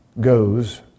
goes